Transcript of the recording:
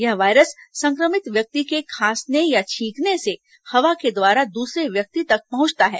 यह वायरस संक्रमित व्यक्ति के खांसने या छीकने से हवा के द्वारा दूसरे व्यक्ति तक पहुंचता है